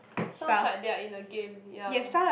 sounds like they are in a game ya